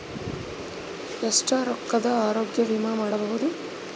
ಎಷ್ಟ ರೊಕ್ಕದ ಆರೋಗ್ಯ ವಿಮಾ ಮಾಡಬಹುದು?